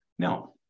Now